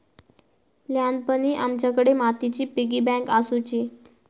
ल्हानपणी आमच्याकडे मातीची पिगी बँक आसुची